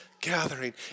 gathering